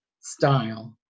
style